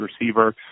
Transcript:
receiver